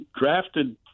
drafted